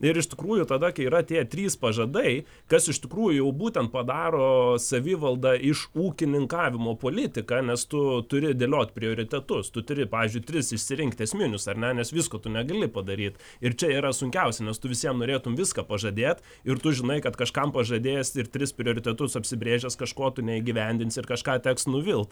ir iš tikrųjų tada kai yra tie trys pažadai kas iš tikrųjų jau būtent padaro savivaldą iš ūkininkavimo politiką nes tu turi dėliot prioritetus tu turi pavyzdžiui tris išsirinkt esminius ar ne nes visko tu negali padaryt ir čia yra sunkiausia nes tu visiem norėtum viską pažadėt ir tu žinai kad kažkam pažadėjęs ir tris prioritetus apsibrėžęs kažko tu neįgyvendinsi ir kažką teks nuvilt